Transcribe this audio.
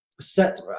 set